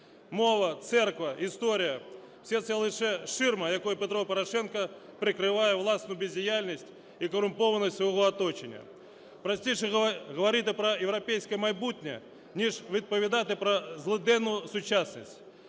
Мова, церква, історія – все це лише ширма, якою Петро Порошенко прикриває власну бездіяльність і корумпованість свого оточення. Простіше говорити про європейське майбутнє ніж відповідати про злиденну сучасність,